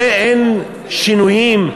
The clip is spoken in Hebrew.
אין הרבה שינויים,